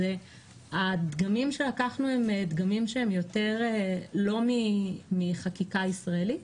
הדגמים שלקחנו הם דגמים לא מחקיקה ישראלית,